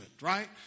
right